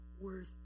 worth